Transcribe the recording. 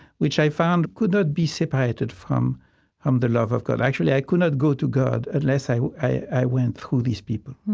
which i found could not be separated from from the love of god. actually, i could not go to god unless i i went through these people.